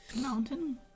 Mountain